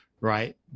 right